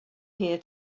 here